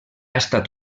estat